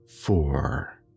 four